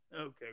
Okay